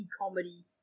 comedy